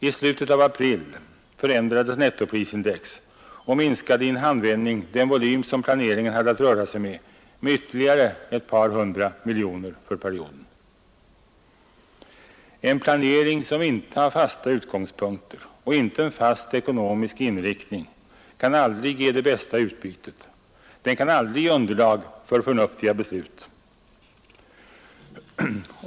I slutet av april förändrades nettoprisindex och minskade i en handvändning den volym, som planeringen hade att röra sig med, med ytterligare ett par hundra miljoner kronor för perioden. En planering som inte har fasta utgångspunkter och inte en fast ekonomisk inriktning kan aldrig ge det bästa utbytet — den kan aldrig vara underlag för förnuftiga beslut.